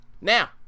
Now